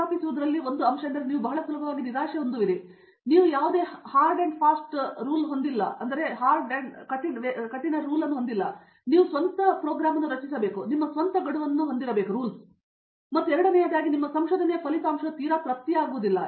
ಹಾಗಾಗಿ ನೀವು ಯಾವುದೇ ಹಾರ್ಡ್ ಮತ್ತು ವೇಗದ ಗಡುವನ್ನು ಹೊಂದಿಲ್ಲ ಹಾಗಾಗಿ ನೀವು ಸ್ವಂತ ಪ್ರೋಗ್ರಾಂ ಅನ್ನು ರಚಿಸಬೇಕು ನಿಮ್ಮ ಸ್ವಂತ ಗಡುವನ್ನು ಹೊಂದಿರಬೇಕು ಮತ್ತು ಎರಡನೆಯದಾಗಿ ನಿಮ್ಮ ಸಂಶೋಧನೆಯ ಫಲಿತಾಂಶವು ತೀರಾ ತೃಪ್ತಿಯಾಗುವುದಿಲ್ಲ